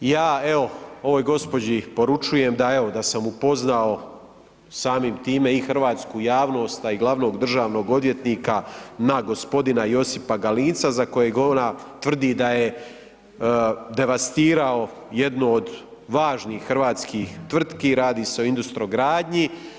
Ja evo ovoj gospođi poručujem da evo da sam upoznao samim time i hrvatsku javnost, a i glavnog državnog odvjetnika na gospodina Josipa Galinca za kojeg ona tvrdi da je devastirao jednu od važnih hrvatskih tvrtki, radi se o Industrogradnji.